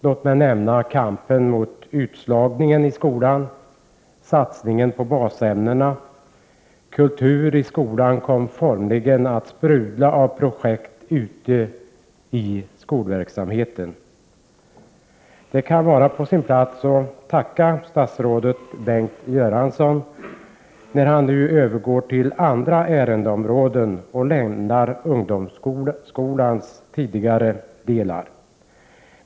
Låt mig nämna kampen mot utslagningen i skolan, satsningen på basämnena, och Kultur i skolan, som formligen kom att sprudla av projekt ute i skolverksamheten. Det kan vara på sin plats att här tacka statsrådet Bengt Göransson, när han nu övergår till andra ärendeområden och lämnar ungdomsskolans tidigare delar.